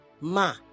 Ma